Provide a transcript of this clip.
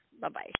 Bye-bye